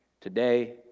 today